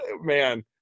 man